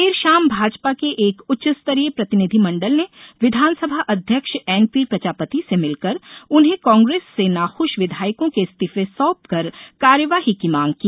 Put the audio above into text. देर शाम भाजपा के एक उच्च स्तरीय प्रतिनिधिमंडल ने विधानसभा अध्यक्ष एनपीप्रजापति से मिलकर उन्हें कांग्रेस से नाखुश विधायकों के इस्तीफे सौंप कर कार्यवाही की मांग की